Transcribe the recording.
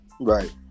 Right